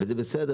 וזה בסדר.